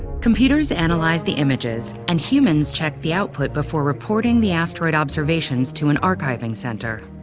computers analyze the images, and humans check the output before reporting the asteroid observations to an archiving center.